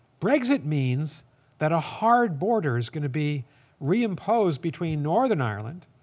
brexit means that a hard border is going to be reimposed between northern ireland,